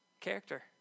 Character